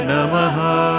Namaha